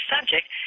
subject